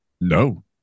No